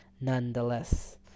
nonetheless